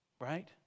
right